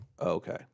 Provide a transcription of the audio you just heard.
Okay